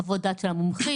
חוות דעת של המומחים,